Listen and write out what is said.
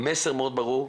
מסר מאוד ברור,